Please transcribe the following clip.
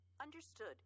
Understood